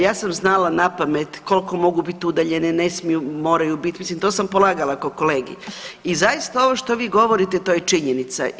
Ja sam znala napamet koliko mogu bit udaljene, ne smiju, moraju bit, mislim to sam polagala ko kolegij i zaista ovo što vi govorite to je činjenica.